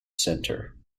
centre